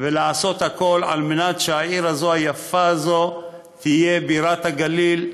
ולעשות הכול כדי שהעיר היפה הזאת תהיה בירת הגליל,